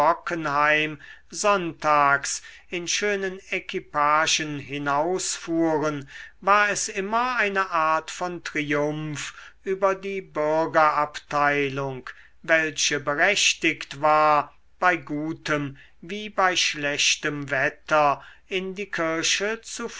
sonntags in schönen equipagen hinausfuhren war es immer eine art von triumph über die bürgerabteilung welche berechtigt war bei gutem wie bei schlechtem wetter in die kirche